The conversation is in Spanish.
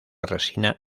resina